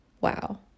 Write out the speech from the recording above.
wow